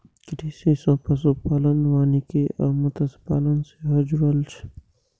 कृषि सं पशुपालन, वानिकी आ मत्स्यपालन सेहो जुड़ल छै